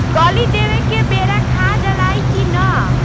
कली देवे के बेरा खाद डालाई कि न?